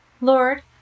Lord